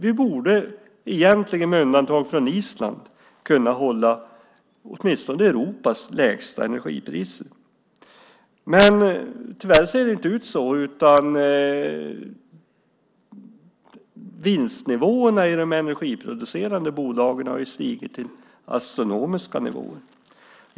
Vi borde egentligen, med undantag av Island, kunna hålla Europas lägsta energipriser. Men tyvärr är det inte så, utan vinstnivåerna i de energiproducerande bolagen har stigit till astronomiska nivåer.